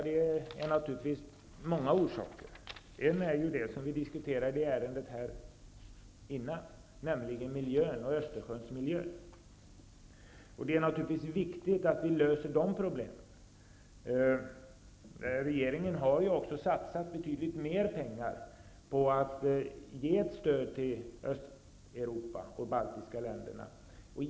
Det finns många orsaker till det. En är det som vi diskuterade i det föregående ärendet, nämligen Östersjöns miljö. Det är naturligtvis viktigt att vi löser problemen på det området. Regeringen har också satsat betydligt mer pengar på att ge ett stöd till Östeuropa, inkl. de baltiska länderna.